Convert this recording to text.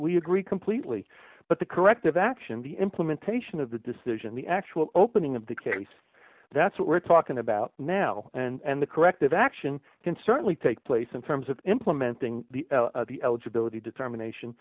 we agree completely but the corrective action the implementation of the decision the actual opening of the case that's what we're talking about now and the corrective action can certainly take place in terms of implementing